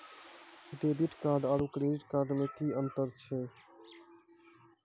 Debit card आरू credit card मे कि अन्तर छैक?